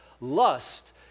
Lust